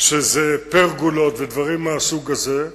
שאלה פרגולות ודברים מהסוג הזה,